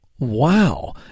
Wow